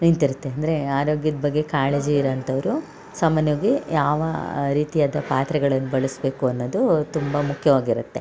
ನಿಂತಿರುತ್ತೆ ಅಂದರೆ ಆರೋಗ್ಯದ ಬಗ್ಗೆ ಕಾಳಜಿ ಇರೋ ಅಂಥೋರು ಸಾಮಾನ್ಯವಾಗಿ ಯಾವ ರೀತಿಯಾದ ಪಾತ್ರೆಗಳನ್ನ ಬಳಸಬೇಕು ಅನ್ನುದು ತುಂಬ ಮುಖ್ಯವಾಗಿರುತ್ತೆ